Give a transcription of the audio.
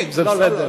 זה בסדר.